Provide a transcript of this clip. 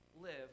live